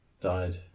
died